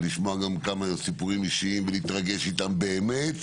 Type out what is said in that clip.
ולשמוע גם כמה סיפורים אישיים ולהתרגש איתם באמת,